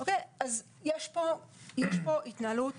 יש פה התנהלות